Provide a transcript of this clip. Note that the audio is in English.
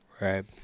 Right